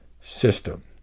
system